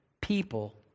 people